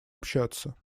общаться